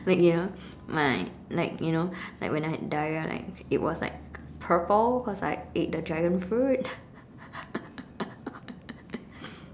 like you know my like you know like when I had diarrhea like it was like purple cause I ate the dragonfruit